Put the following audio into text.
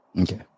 Okay